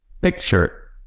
picture